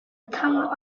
tongue